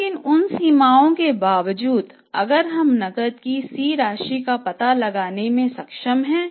लेकिन उन सीमाओं के बावजूद अगर हम नकद की C राशि का पता लगाने में सक्षम हैं